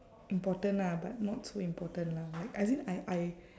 important ah but not so important lah like as in I I